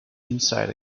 inside